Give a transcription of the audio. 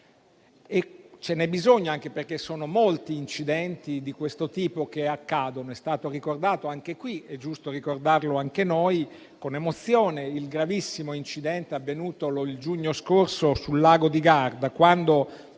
Ce n'è bisogno, anche perché sono molti gli incidenti di questo tipo che accadono. È stato ricordato anche qui - e vogliamo ricordarlo anche noi con emozione - il gravissimo incidente avvenuto lo scorso giugno sul lago di Garda,